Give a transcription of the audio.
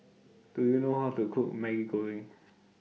Do YOU know How to Cook Maggi Goreng